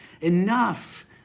enough